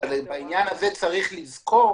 בעניין הזה צריך לזכור